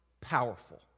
powerful